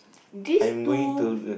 this two